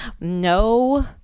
No